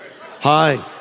Hi